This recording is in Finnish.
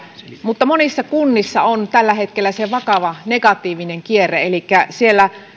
mutta monissa kunnissa on tällä hetkellä vakava negatiivinen kierre elikkä siellä